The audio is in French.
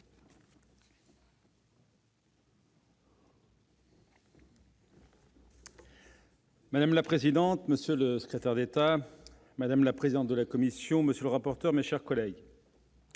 Madame la présidente, monsieur le secrétaire d'État, madame la présidente de la commission de la culture, monsieur le rapporteur, mes chers collègues,